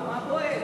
מה, מה בוער?